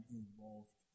involved